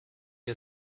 wir